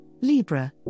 Libra